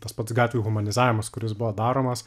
tas pats gatvių humanizavimas kuris buvo daromas